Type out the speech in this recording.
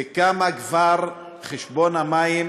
וכמה חשבון המים